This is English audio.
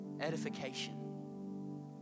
edification